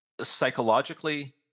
psychologically